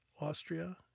Austria